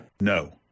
No